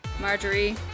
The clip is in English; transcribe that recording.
Marjorie